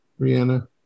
Rihanna